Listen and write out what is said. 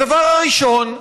הדבר הראשון,